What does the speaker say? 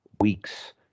weeks